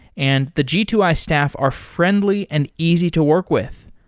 and the g two i staff are friendly and easy to work with.